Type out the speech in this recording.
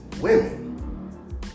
women